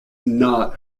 not